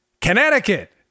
connecticut